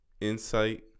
insight